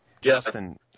Justin